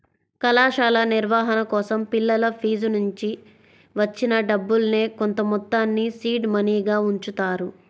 కళాశాల నిర్వహణ కోసం పిల్లల ఫీజునుంచి వచ్చిన డబ్బుల్నే కొంతమొత్తాన్ని సీడ్ మనీగా ఉంచుతారు